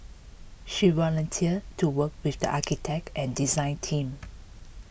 she volunteered to work with the architect and design team